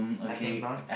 I think not